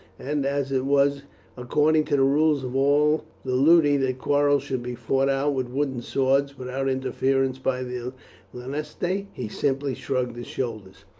and, as it was according to the rules of all the ludi that quarrels should be fought out with wooden swords without interference by the lanistae, he simply shrugged his shoulders.